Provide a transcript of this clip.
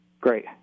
Great